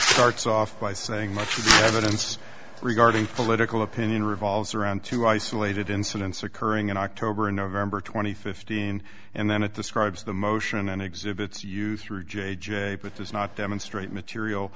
start off by saying much evidence regarding political opinion revolves around two isolated incidents occurring in october and november twenty fifth in and then at the scribes the motion and exhibits you through j j does not demonstrate material